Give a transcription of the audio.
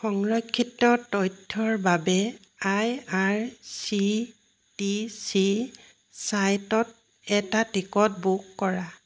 সংৰক্ষিত তথ্যৰ বাবে I R C T C ছাইটত এটা টিকট বুক কৰা